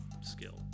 skill